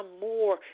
more